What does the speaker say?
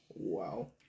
wow